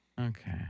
Okay